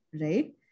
Right